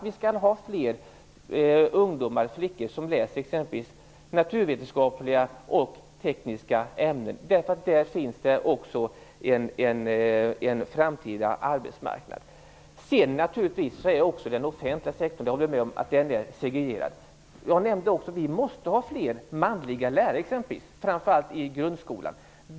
Vi skall ha fler flickor som läser exempelvis naturvetenskapliga och tekniska ämnen, därför att där finns det en framtida arbetsmarknad. Jag håller med om att den offentliga sektorn är segregerad. Vi måste exempelvis, som jag också nämnde, ha fler manliga lärare, framför allt i grundskolan.